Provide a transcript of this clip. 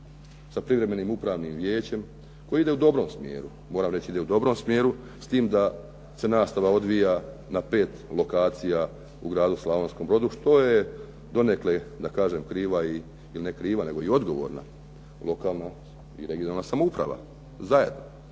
sa privremenim upravnim vijećem koje ide u dobrom smjeru, moram reći ide u dobrom smjeru, s tim da se nastava odvija na pet lokacija u Gradu Slavonskom Brodu, što je donekle da kažem kriva, ne kriva nego i odgovorna lokalna i regionalna samouprava zajedno.